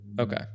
Okay